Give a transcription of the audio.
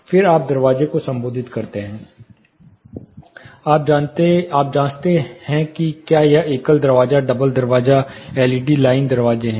फिर आप दरवाजे को संबोधित करते हैं आप जांचते हैं कि क्या यह एकल दरवाजा डबल दरवाजा एलईडी लाइन दरवाजे हैं